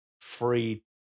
free